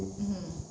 mmhmm